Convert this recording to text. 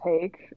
take